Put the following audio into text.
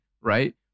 right